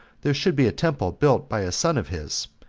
there should be a temple built by a son of his,